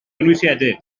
gynwysiedig